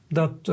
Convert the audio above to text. dat